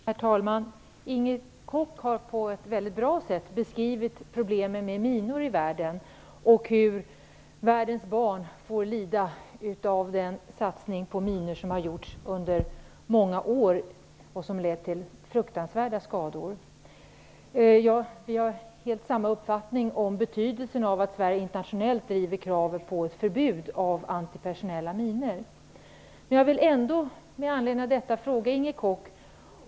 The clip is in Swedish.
Herr talman! Problemet med minor i världen, har av Inger Koch beskrivits på ett mycket bra sätt - hur världens barn får lida av den satsning på minor som har gjorts under många år och som lett till fruktansvärda skador. Vi har helt och hållet samma uppfattning om betydelsen av att Sverige internationellt driver kravet på ett förbud mot antipersonella minor. Men jag vill ändå med anledning av detta ställa en fråga till Inger Koch.